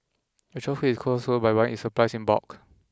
the shop keeps its costs low by buying its supplies in bulk